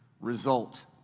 result